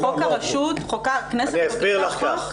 אבל חוק הרשות, הכנסת --- אני אסביר לך כך.